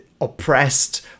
oppressed